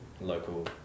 local